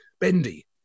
Bendy